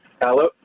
Hello